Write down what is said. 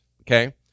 Okay